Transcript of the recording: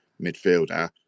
midfielder